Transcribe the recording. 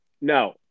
no